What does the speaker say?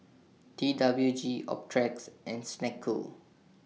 T W G Optrex and Snek Ku